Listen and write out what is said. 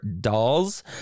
dolls